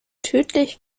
tödlich